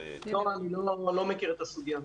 אני לא מכיר את הסוגיה.